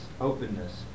openness